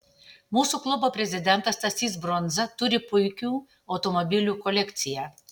mūsų klubo prezidentas stasys brunza turi puikių automobilių kolekciją